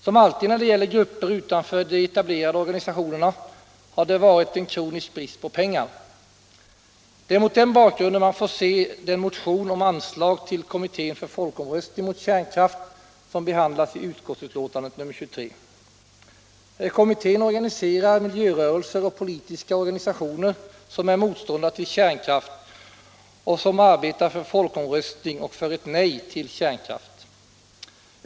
Som alltid när det gäller grupper utanför de etablerade organisationerna har det rått en kronisk brist på pengar. Det är mot den bakgrunden man får se den motion om anslag till kommittén för folkomröstning mot kärnkraft som behandlas i betänkandet nr 23. Kommittén organiserar miljörörelser och politiska organisationer som är motståndare till kärnkraft och som arbetar för folkomröstning och för ett nej till kärnkraft.